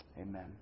Amen